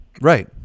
Right